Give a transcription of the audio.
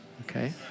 okay